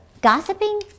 gossiping